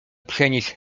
przenieść